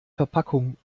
verpackung